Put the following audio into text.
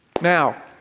Now